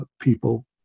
people